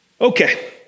Okay